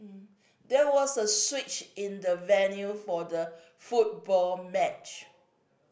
there was a switch in the venue for the football match